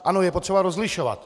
Ano, je potřeba rozlišovat.